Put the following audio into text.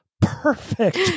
perfect